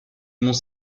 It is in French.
mont